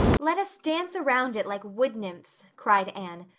let us dance around it like wood-nymphs, cried anne,